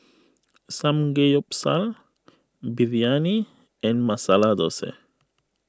Samgeyopsal Biryani and Masala Dosa